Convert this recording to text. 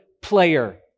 player